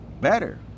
better